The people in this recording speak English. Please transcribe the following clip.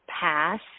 pass